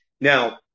Now